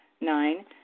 Nine